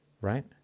right